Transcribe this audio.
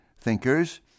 thinkers